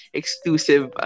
exclusive